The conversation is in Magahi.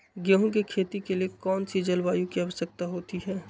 गेंहू की खेती के लिए कौन सी जलवायु की आवश्यकता होती है?